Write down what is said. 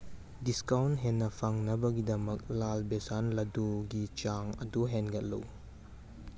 discount ꯍꯦꯟꯅ ꯐꯪꯅꯕꯒꯤꯗꯃꯛ ꯂꯥꯜ ꯕꯦꯁꯟ ꯂꯗꯨꯒꯤ ꯆꯥꯡ ꯑꯗꯨ ꯍꯦꯟꯒꯠꯂꯨ